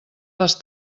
les